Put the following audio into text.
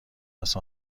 است